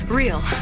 real